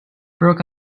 broke